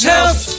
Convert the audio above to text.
Health